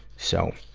so,